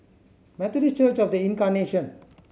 Methodist Church Of The Incarnation